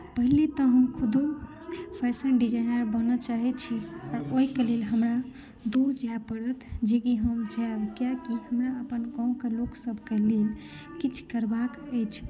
पहिने तऽ हम खुदो फैशन डिज़ाइनर बनय चाहैत छी ओहिके लेल हमरा दूर जाय पड़त जेकि हम जायब कियाकि हमरा अपन गाँवके लोक सभके लेल किछु करबाक अछि